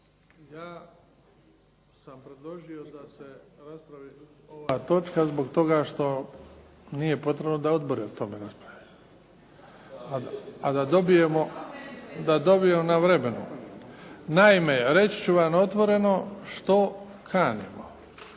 Ja sam predložio da se raspravi ova točka zbog toga što nije potrebno da odbori o tome raspravljaju. A da dobijemo na vremenu. Naime, reći ću vam otvoreno što kanimo.